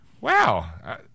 wow